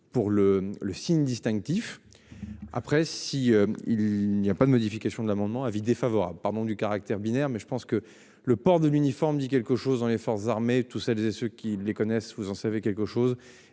pour le le signe distinctif. Après si il n'y a pas de modification de l'amendement, avis défavorable, pardon du caractère binaire. Mais je pense que le port de l'uniforme dit quelque chose dans les forces armées tout ça les et ceux qui les connaissent, vous en savez quelque chose